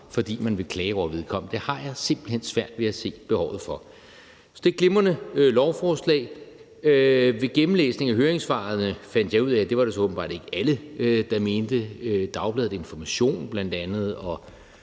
fordi man vil klage over vedkommende? Det har jeg simpelt hen svært ved at se behovet for. Så det er et glimrende lovforslag. Ved gennemlæsningen af høringssvarene fandt jeg ud af, at det var det så åbenbart ikke alle der mente, og bl.a. Dagbladet Information, Dansk